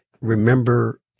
remember